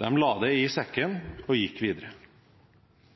De la det i sekken og gikk videre.